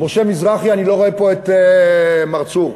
ומשה מזרחי, אני לא רואה פה את מר צור.